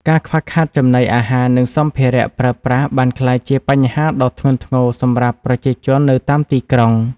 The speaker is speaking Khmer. ការខ្វះខាតចំណីអាហារនិងសម្ភារៈប្រើប្រាស់បានក្លាយជាបញ្ហាដ៏ធ្ងន់ធ្ងរសម្រាប់ប្រជាជននៅតាមទីក្រុង។